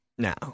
Now